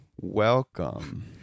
welcome